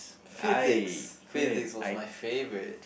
Physics Physics was my favorite